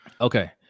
Okay